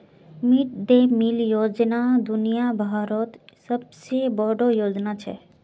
mid day meal योजना दुनिया भरत सबसे बोडो योजना छे